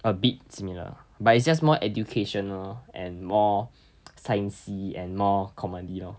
a bit similar but it's just more educational and more science and more comedy lor